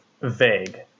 vague